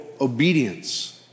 obedience